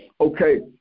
Okay